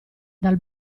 dal